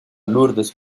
lourdes